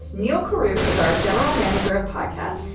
neal carruth is our general manager of podcasts,